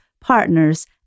partners